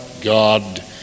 God